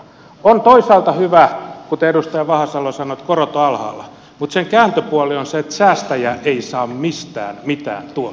on toisaalta hyvä kuten edustaja vahasalo sanoi että korot ovat alhaalla mutta sen kääntöpuoli on se että säästäjä ei saa mistään mitään tuottoa